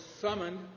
summoned